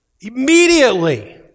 immediately